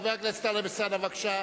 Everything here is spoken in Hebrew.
חבר הכנסת טלב אלסאנע, בבקשה.